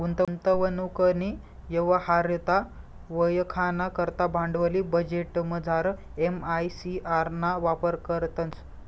गुंतवणूकनी यवहार्यता वयखाना करता भांडवली बजेटमझार एम.आय.सी.आर ना वापर करतंस